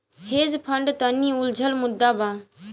hedge fund तनि उलझल मुद्दा बा